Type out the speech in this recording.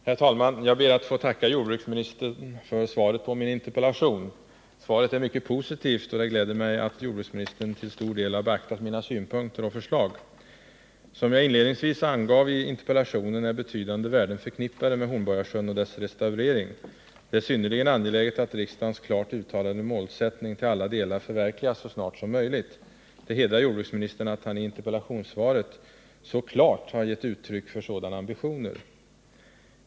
Herr talman! Jag ber att få tacka jordbruksministern för svaret på min interpellation. Svaret är mycket positivt, och det gläder mig att jordbruksministern till stor del beaktat mina synpunkter och förslag. Som jag inledningsvis angav i interpellationen är betydande värden förknippade med Hornborgasjön och dess restaurering. Det är synnerligen angeläget att riksdagens klart uttalade målsättning till alla delar förverkligas så snart som möjligt. Det hedrar jordbruksministern att han i interpellationssvaret så klart har gett uttryck för sådana ambitioner.